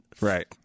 Right